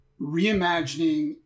reimagining